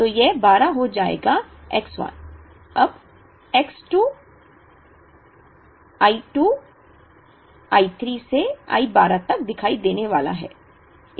तो यह 12 हो जाएगा X 1 अब X 2 I 2 I 3 से I 12 तक दिखाई देने वाला है